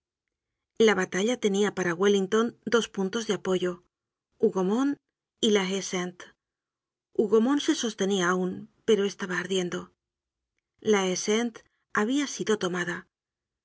la batalla tenia para wellington dos puntos de apoyo hougomont y la haie sainte hougomont se sostenía aun pero estaba ardiendo la haie sainte habia sido tomada